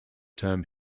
term